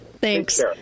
Thanks